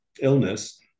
illness